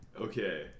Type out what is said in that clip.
Okay